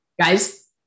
Guys